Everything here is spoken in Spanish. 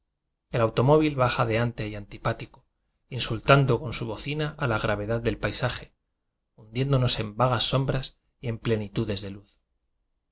el automóvil va jadeante y antipático insultando con su bocina a la gravedad del paisaje hundiéndonos en vagas sombras y en plenitudes de luz